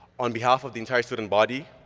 on behalf of the entire student body,